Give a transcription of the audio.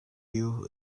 you